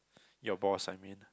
your boss I mean